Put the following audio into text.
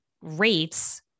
rates